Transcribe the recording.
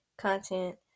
Content